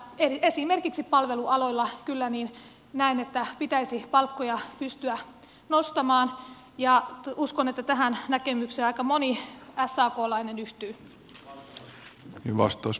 esimerkiksi palvelualoilla kyllä näen että pitäisi palkkoja pystyä nostamaan ja uskon että tähän näkemykseen aika moni saklainen yhtyy